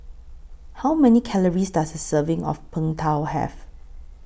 How Many Calories Does A Serving of Png Tao Have